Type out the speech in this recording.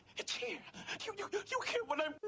it's here! you hear what i'm